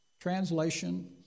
translation